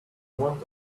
want